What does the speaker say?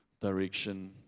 direction